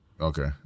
Okay